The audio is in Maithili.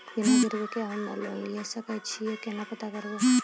बिना गिरवी के हम्मय लोन लिये सके छियै केना पता करबै?